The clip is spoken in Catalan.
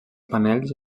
panells